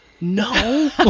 No